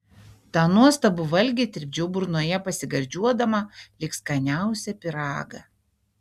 tą nuostabų valgį tirpdžiau burnoje pasigardžiuodama lyg skaniausią pyragą